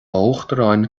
uachtaráin